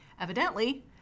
Evidently